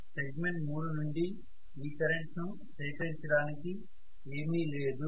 segment 3 నుండి ఈ current ను సేకరించడానికి ఏమి లేదు